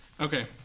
okay